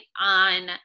on